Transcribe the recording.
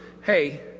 hey—